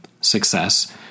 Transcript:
Success